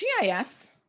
GIS